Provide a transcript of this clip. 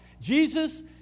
Jesus